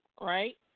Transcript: right